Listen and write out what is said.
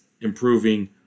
improving